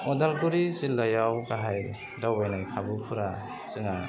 उदालगुरि जिल्लायाव गाहाय दावबायनाय खाबुफ्रा जोंहा